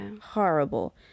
horrible